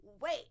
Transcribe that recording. wait